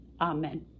amen